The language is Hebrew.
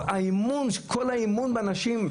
כל האמון של האנשים,